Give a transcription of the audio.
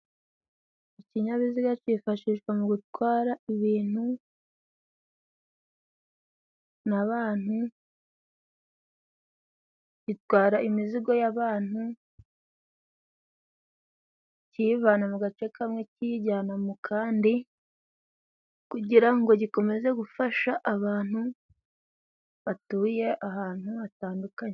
Ikinyabiziga cyifashishwa mu gutwara ibintu n'abantu, gitwara imizigo y'abantu kiyivana mu gace kamwe kiyijyana mu kandi, kugira ngo gikomeze gufasha abantu batuye ahantu hatandukanye.